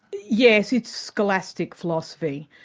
yes, it's scholastic philosophy,